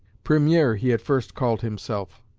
premier he at first called himself.